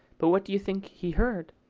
but what do you think he heard?